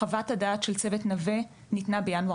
חוות הדעת של צוות נווה ניתנה בינואר